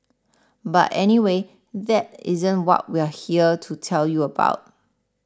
but anyway that isn't what we're here to tell you about